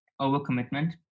overcommitment